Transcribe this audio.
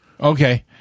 Okay